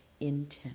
intent